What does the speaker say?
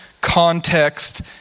context